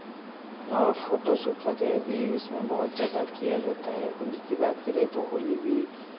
और photo shoot वगैरह भी बहुत उसमें ज़्यादा किए जाता है होली की बात करें तो होली भी